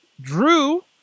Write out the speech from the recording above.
Drew